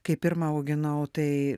kai pirmą auginau tai